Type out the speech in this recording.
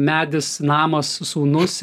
medis namas sūnus